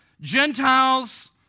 Gentiles